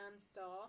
star